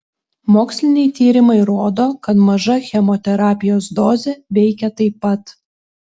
moksliniai tyrimai rodo kad maža chemoterapijos dozė veikia taip pat